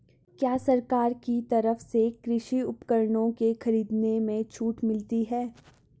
क्या सरकार की तरफ से कृषि उपकरणों के खरीदने में छूट मिलती है?